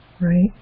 Right